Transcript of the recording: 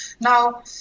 Now